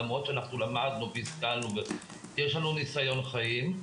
למרות שלמדנו והשכלנו ויש לנו ניסיון חיים.